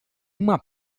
uma